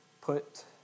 put